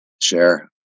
share